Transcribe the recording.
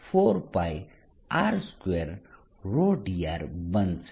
4π3r3r 4πr2ρdr બનશે